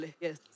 Yes